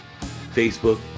Facebook